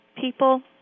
people